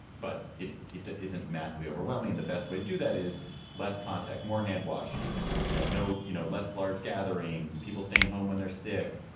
but it it isn't massively overwhelming. and the best way to do that is less contact, more hand-washing. you know, no, you know, less large gatherings, people staying home when they're sick,